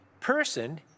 person